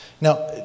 Now